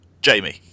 Jamie